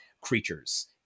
creatures